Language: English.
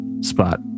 spot